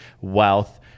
wealth